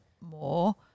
more